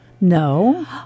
No